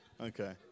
Okay